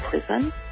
prison